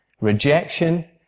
rejection